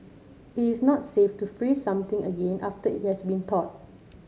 it is not safe to freeze something again after it has been thawed